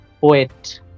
poet